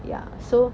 ya so